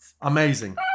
Amazing